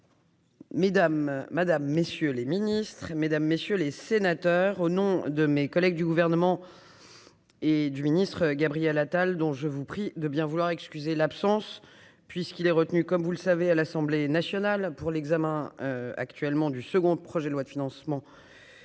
Madame messieurs les Ministres, mesdames, messieurs les sénateurs, au nom de mes collègues du gouvernement et du ministre Gabriel Attal dont je vous prie de bien vouloir excuser l'absence puisqu'il est retenu comme vous le savez, à l'Assemblée nationale pour l'examen actuellement du second projet de loi de financement